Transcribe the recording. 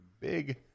Big